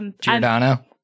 Giordano